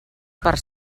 per